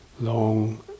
long